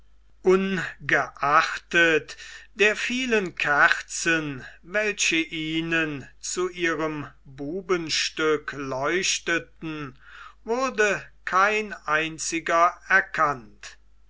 ohngeachtet der vielen kerzen welche ihnen zu ihrem bubenstück leuchteten wurde kein einziger erkannt